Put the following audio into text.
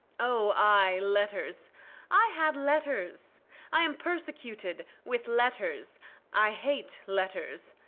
oh, ay, letters i had letters i am persecuted with letters i hate letters.